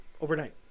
overnight